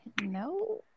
No